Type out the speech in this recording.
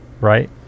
right